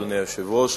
אדוני היושב-ראש,